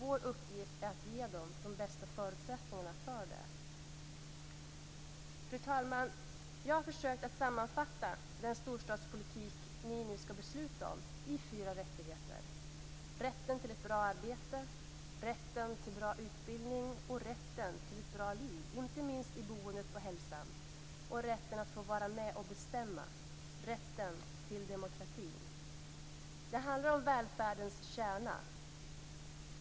Vår uppgift är att ge de bästa förutsättningarna för detta. Fru talman! Jag har försökt att sammanfatta den storstadspolitik som ni nu skall besluta om i fyra rättigheter: rätten till ett bra arbete, rätten till en bra utbildning, rätten till ett bra liv, inte minst när det gäller boendet och hälsan, och rätten att få vara med och bestämma, dvs. rätten till demokrati. Det handlar om välfärdens kärna.